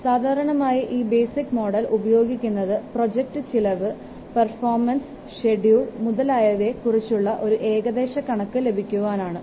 സാധാരണയായി ഈ basic model ഉപയോഗിക്കുന്നത് പ്രോജക്ടിന്റെ ചിലവ് പെർഫോമൻസ് ഷെഡ്യൂൾ മുതലായവയെ കുറിച്ചുള്ള ഒരു ഏകദേശ കണക്ക് ലഭിക്കുവാൻ ആണ്